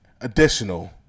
additional